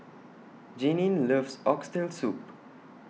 Jeanine loves Oxtail Soup